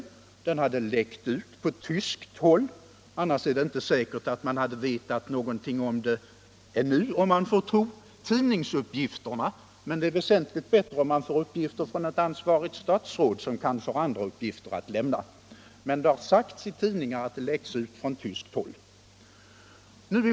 Uppgiften lär ha läckt ut från tyskt håll, annars är det inte säkert att vi hade vetat någonting ännu. Det är väsentligt bättre om man får besked från ett ansvarigt statsråd, som kanske har andra uppgifter att lämna.